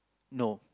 no